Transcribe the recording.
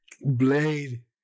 Blade